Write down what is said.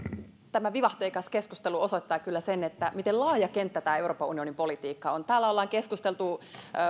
tämä vivahteikas keskustelu osoittaa kyllä sen miten laaja kenttä tämä euroopan unionin politiikka on täällä ollaan keskusteltu